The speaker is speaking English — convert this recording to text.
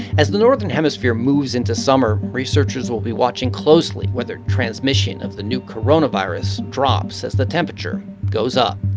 as the northern hemisphere moves into summer, researchers will be watching closely whether transmission of the new coronavirus drops as the temperature goes up